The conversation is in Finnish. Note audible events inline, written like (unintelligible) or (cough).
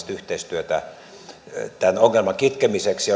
(unintelligible) yhteistyötä tämän ongelman kitkemiseksi (unintelligible)